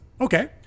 Okay